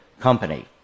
company